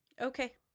Okay